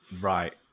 right